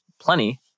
plenty